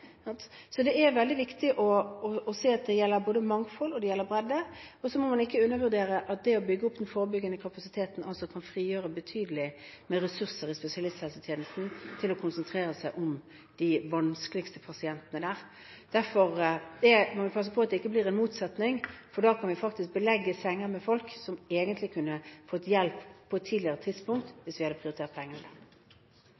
Så det er veldig viktig å se at det gjelder både mangfold og bredde. Man må ikke undervurdere at det å bygge opp den forebyggende kapasiteten også kan frigjøre betydelig mer ressurser i spesialisthelsetjenesten, sånn at de kan konsentrere seg om de vanskeligste pasientene der. Derfor må vi passe på at det ikke blir en motsetning, for da kan vi faktisk belegge senger med folk som egentlig kunne fått hjelp på et tidligere tidspunkt